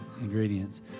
ingredients